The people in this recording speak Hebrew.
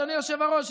אדוני היושב-ראש,